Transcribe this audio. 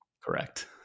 Correct